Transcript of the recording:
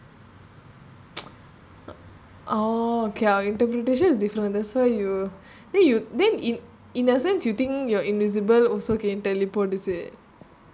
oh okay our interpretation is different that's why you then you then in in that sense you think you're invisible also can teleport is it